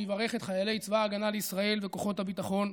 הוא יברך את חיילי צבא ההגנה לישראל וכוחות הביטחון,